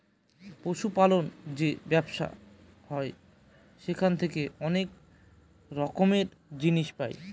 পশু পালন যে ব্যবসা হয় সেখান থেকে অনেক রকমের জিনিস পাই